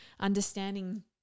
Understanding